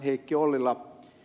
heikki a